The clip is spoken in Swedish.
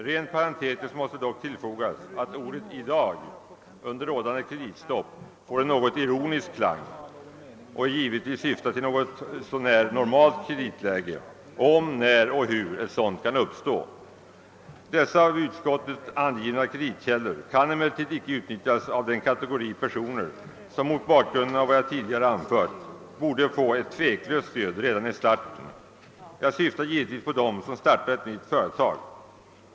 Ren parentetiskt måste dock tillfogas att ordet »i dag» under rådande kreditstopp får en något ironisk klang och givetvis syftar till ett något så när normalt kreditläge, om när och hur ett sådant kan uppstå. Dessa av utskottet angivna kreditkällor kan emellertid icke utnyttjas av den kategori personer som mot bakgrunden av vad jag tidigare anfört borde få ett tveklöst stöd redan i starten. Jag syftar givetvis på dem som startar ett nytt företag.